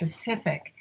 specific